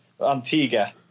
Antigua